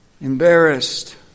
embarrassed